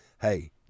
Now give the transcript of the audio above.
hey